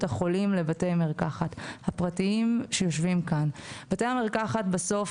החולים לבתי המרקחת הפרטיים שיושבים כאן: בסוף,